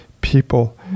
people